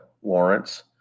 warrants